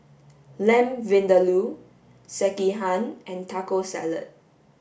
Lamb Vindaloo Sekihan and Taco Salad